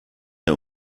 der